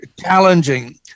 challenging